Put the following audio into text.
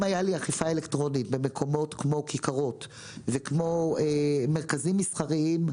אם הייתה לי אכיפה אלקטרונית במקומות כמו כיכרות וכמו מרכזים מסחריים,